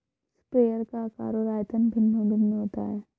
sprayer का आकार और आयतन भिन्न भिन्न होता है